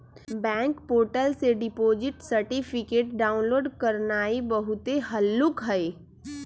bank portal से deposit certificate download करनाइ बहुते हल्लुक हइ